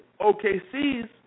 OKC's